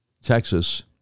Texas